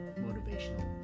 motivational